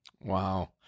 Wow